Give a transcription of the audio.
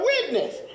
witness